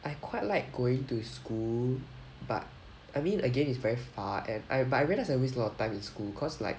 I quite like going to school but I mean again it's very far and I but I realize that I waste a lot of time in school cause like